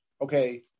okay